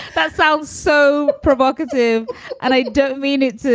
that sounds so provocative and i don't mean it. so